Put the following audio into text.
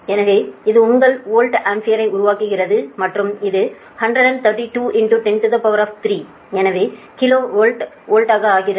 எனவே இது உங்கள் வோல்ட் ஆம்பியரை உருவாக்குகிறது மற்றும் இது 132 103 எனவே கிலோ வோல்ட் வோல்ட் ஆகிறது